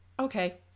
okay